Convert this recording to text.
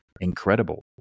Incredible